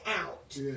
out